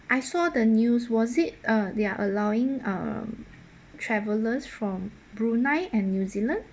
I saw the news was it uh they're allowing um travelers from brunei and new zealand